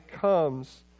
comes